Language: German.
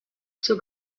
zur